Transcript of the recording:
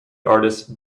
artist